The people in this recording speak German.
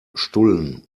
stullen